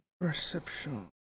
Perception